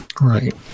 Right